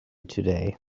today